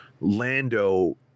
Lando